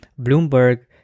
Bloomberg